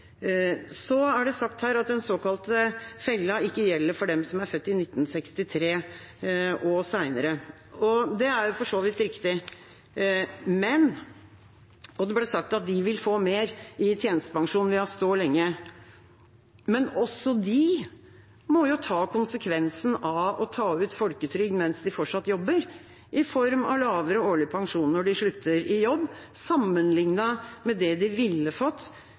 er sagt her at den såkalte fella ikke gjelder for dem som er født i 1963 og senere. Det er for så vidt riktig, og det ble sagt at de vil få mer i tjenestepensjon ved å stå lenge. Men også de må ta konsekvensen av å ta ut folketrygd mens de fortsatt jobber, i form av lavere årlig pensjon når de slutter i jobb sammenlignet med det de ville ha fått